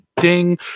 ding